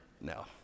No